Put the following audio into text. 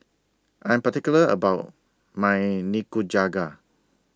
I Am particular about My Nikujaga